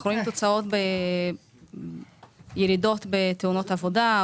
ראינו תוצאות בירידות בתאונות עבודה,